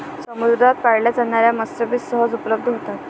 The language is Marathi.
समुद्रात पाळल्या जाणार्या मत्स्यबीज सहज उपलब्ध होतात